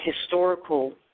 historical